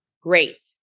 Great